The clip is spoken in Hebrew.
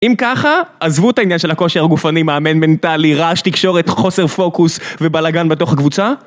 אם ככה, עזבו את העניין של הכושר גופני, מאמן מנטלי, רעש, תקשורת, חוסר פוקוס ובלאגן בתוך הקבוצה